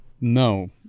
No